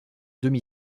demi